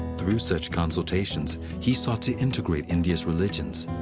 through such consultations he sought to integrate india's religions.